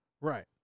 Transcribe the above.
Right